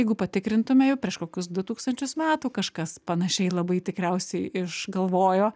jeigu patikrintume jau prieš kokius du tūkstančius metų kažkas panašiai labai tikriausiai išgalvojo